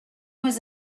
was